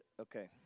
Okay